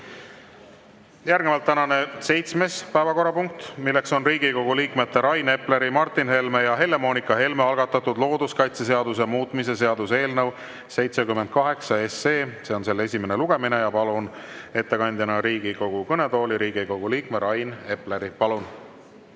Järgnevalt tänane seitsmes päevakorrapunkt. Riigikogu liikmete Rain Epleri, Martin Helme ja Helle-Moonika Helme algatatud looduskaitseseaduse muutmise seaduse eelnõu 78 esimene lugemine. Palun ettekandeks Riigikogu kõnetooli Riigikogu liikme Rain Epleri. Palun!